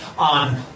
On